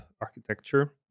architecture